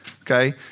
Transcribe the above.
Okay